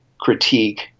critique